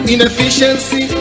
Inefficiency